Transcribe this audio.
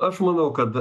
aš manau kad